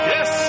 Yes